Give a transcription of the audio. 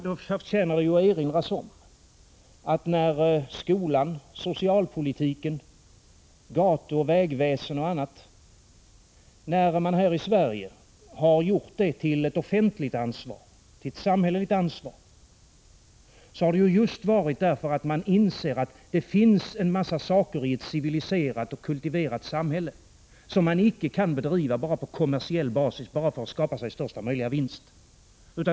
Då förtjänar det att erinras om, att när det i Sverige i fråga om bl.a. skolan, socialpolitiken och gatuoch vägväsendet har blivit ett offentligt ansvar, ett samhälleligt ansvar, har orsaken varit just den att man har insett att det finns en mängd saker i ett civiliserat och kultiverat samhälle som icke kan bedrivas på bara kommersiell basis för att man skall få största möjliga vinst.